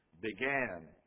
began